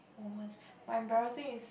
almost my embarrassing is